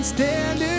stand